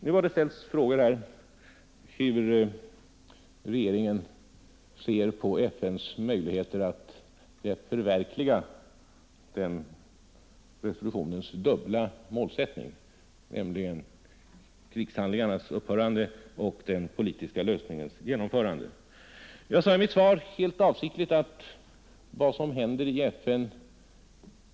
Nu har det framställts frågor här om hur regeringen ser på FN:s möjligheter att förverkliga resolutionens dubbla målsättning, nämligen krigshandlingarnas upphörande och den politiska lösningens genomförande. Jag talade i mitt svar helt avsiktligt om vad som händer i FN.